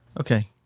okay